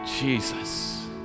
Jesus